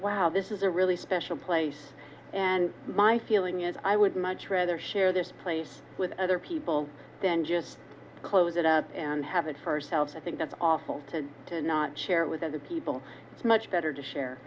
wow this is a really special place and my feeling is i would much rather share this place with other people than just close it up and have it for ourselves i think that's awful to not share with other people it's much better to share